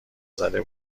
زده